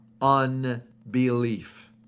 unbelief